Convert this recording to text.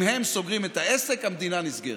אם הם סוגרים את העסק, המדינה נסגרת.